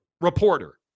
reporter